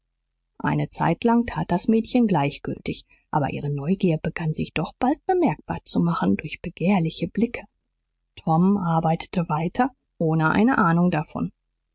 eine zeitlang tat das mädel gleichgültig aber ihre neugier begann sich doch bald bemerkbar zu machen durch begehrliche blicke tom arbeitete weiter ohne eine ahnung davon